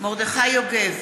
מרדכי יוגב,